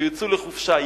שיצאו לחופשה,